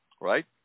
right